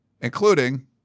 including